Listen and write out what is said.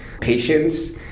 patience